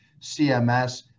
CMS